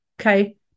okay